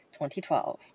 2012